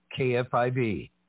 KFIV